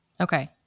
Okay